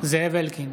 זאב אלקין,